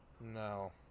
No